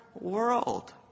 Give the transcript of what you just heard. world